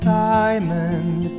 diamond